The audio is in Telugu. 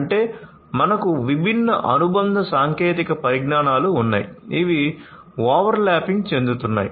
అంటే మనకు విభిన్న అనుబంధ సాంకేతిక పరిజ్ఞానాలు ఉన్నాయి ఇవి overlapping చెందుతాయి